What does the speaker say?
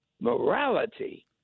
morality